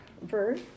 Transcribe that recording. verse